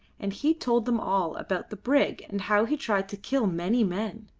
and he told them all about the brig, and how he tried to kill many men.